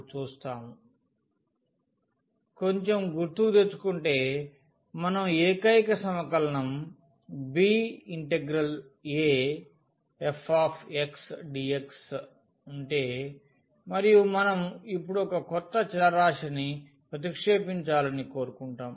0237 చూడండి స్లయిడ్ కొంచెం గుర్తుకుతెచ్చుకుంటే మనం ఏకైక సమకలనం abfdx ఉంటే మరియు మనం ఇప్పుడు ఒక కొత్త చలరాశిని ప్రతిక్షేపించాలని కోరుకుంటాం